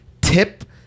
tip